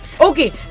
Okay